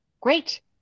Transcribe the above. Great